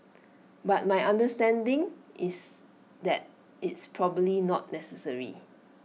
but my understanding is that it's probably not necessary